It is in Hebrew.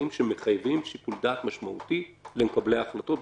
שמחייבים שיקול דעת משמעותי למקבלי ההחלטות,